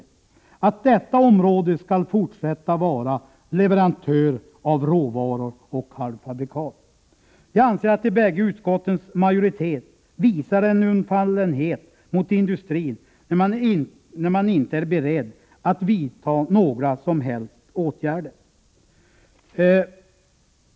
Skall detta område fortsätta att vara leverantör av råvaror och halvfabrikat? Jag anser att de bägge utskottens majoritet visar undfallenhet mot industrin när man inte är beredd att vidta några som helst åtgärder.